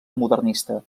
modernista